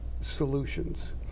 solutions